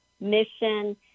mission